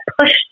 push